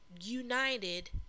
United